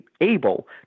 able